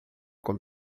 com